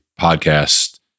podcast